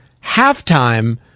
halftime